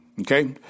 Okay